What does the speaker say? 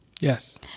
yes